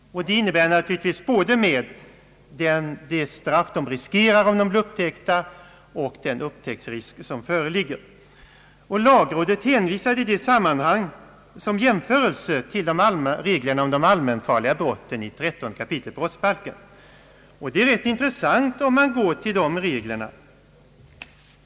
Det innebär naturligtvis att de kalkylerar både med det straff de riskerar om de blir upptäckta och den upptäcktsrisk som föreligger. Lagrådet hänvisade i detta sammanhang som en jämförelse till reglerna för allmänfarliga brott i 13 kap. brottsbalken. Det är rätt intressant att studera dessa regler.